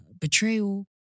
Betrayal